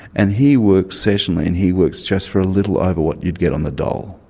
and he works sessionally and he works just for a little over what you'd get on the dole,